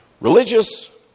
religious